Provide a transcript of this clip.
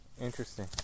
Interesting